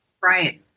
Right